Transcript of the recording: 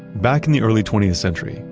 back in the early twentieth century,